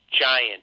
giant